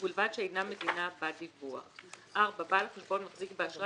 ובלבד שאינה מדינה בת דיווח; בעל החשבון מחזיק באשרה